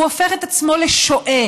הוא הופך את עצמו לשועה.